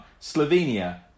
Slovenia